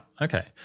Okay